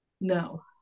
No